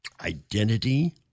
identity